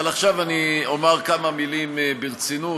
אבל עכשיו אני אומר כמה מילים ברצינות,